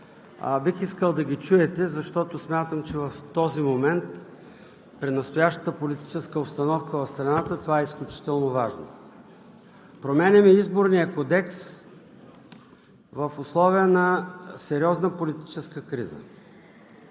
бих искал да ги чуете, защото смятам, че в този момент, при настоящата политическа обстановка в страната, това е изключително важно. Променяме Изборния кодекс в условия на сериозна политическа криза.